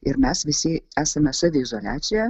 ir mes visi esame saviizoliacijoje